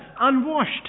unwashed